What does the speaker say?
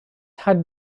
had